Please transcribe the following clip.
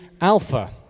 Alpha